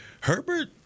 Herbert—